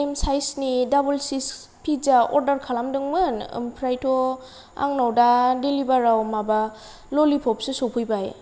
M साइसनि दाबल सिस फिज्जा अर्डार खालामदोंमोन ओमफ्रायथ' आंनाव दा डेलिभारआव माबा ललिफ'फसो सौफैबाय